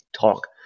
talk